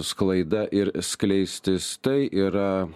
sklaida ir skleistis tai yra